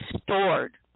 stored